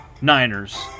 Niners